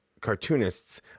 cartoonists